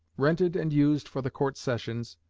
rented and used for the court sessions,